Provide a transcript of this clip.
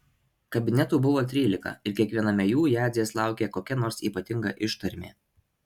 kabinetų buvo trylika ir kiekviename jų jadzės laukė kokia nors ypatinga ištarmė